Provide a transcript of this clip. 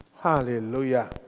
Hallelujah